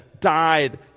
died